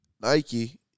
Nike